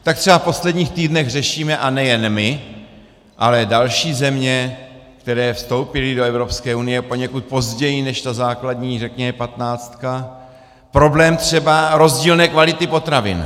Tak třeba v posledních týdnech řešíme, a nejen my, ale další země, které vstoupily do Evropské unie poněkud později než ta základní řekněme patnáctka, problém třeba rozdílné kvality potravin.